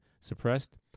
suppressed